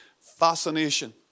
fascination